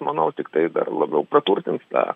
manau tiktai dar labiau praturtins tą